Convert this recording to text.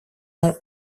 nom